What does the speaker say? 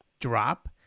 drop